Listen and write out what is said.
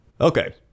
Okay